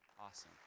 Awesome